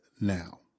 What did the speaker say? now